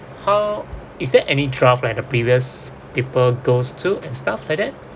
how is there any draft like the previous people goes to and stuff like that